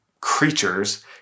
creatures